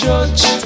Judge